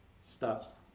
Stop